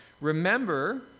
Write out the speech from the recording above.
Remember